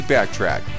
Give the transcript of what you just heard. Backtrack